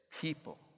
people